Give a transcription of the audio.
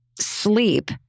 sleep